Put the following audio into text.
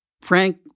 Frank